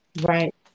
Right